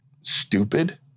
stupid